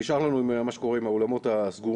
נשאר לנו מה שקורה עם האולמות הסגורים.